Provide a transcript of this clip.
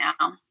now